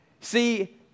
See